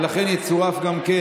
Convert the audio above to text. ולכן יצורף גם כן,